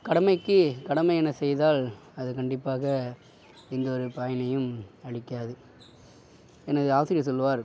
கடமைக்கு கடமை என செய்தால் அது கண்டிப்பாக எந்த ஒரு பயனையும் அளிக்காது எனது ஆசிரியர் சொல்வார்